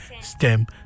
STEM